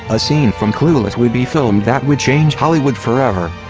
a scene from clueless would be filmed that would change hollywood forever.